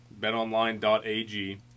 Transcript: betonline.ag